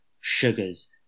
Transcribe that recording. sugars